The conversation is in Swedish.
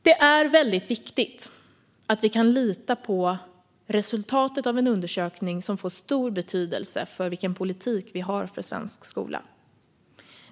Det är viktigt att vi kan lita på resultatet av en undersökning som får stor betydelse för den politik vi har för svensk skola.